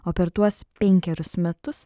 o per tuos penkerius metus